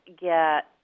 get